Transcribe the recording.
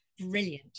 Brilliant